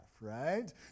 Right